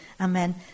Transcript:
Amen